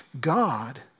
God